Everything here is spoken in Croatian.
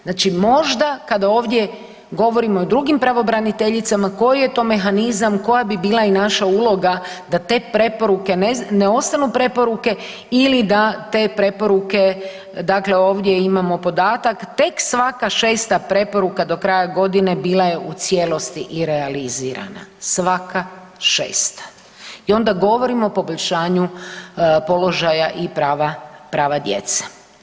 Znači možda kada ovdje govorimo i o drugim pravobraniteljicama koji je to mehanizam, koja bi bila i naša uloga da te preporuke ne ostanu preporuke ili da te preporuke, dakle ovdje imamo podatak tek svaka 6. preporuka do kraja godine bila u cijelosti i realizirana svaka 6. I onda govorimo o poboljšanju položaja i prava djece.